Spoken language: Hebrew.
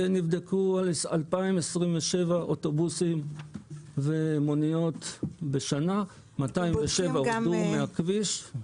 נבדקו 2,027 אוטובוסים ומוניות בשנת 2020 ו-207 הורדו מהכביש.